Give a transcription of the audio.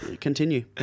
Continue